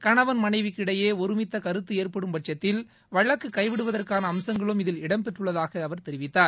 கணவன் மனைவிக்கிடையே ஒருமித்தக்கருத்து ஏற்படும் பட்சத்தில் வழக்கு கைவிடுவதற்கான அம்சங்களும் இதில் இடம்பெற்றுள்ளதாக அவர் தெரிவித்தார்